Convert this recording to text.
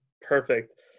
perfect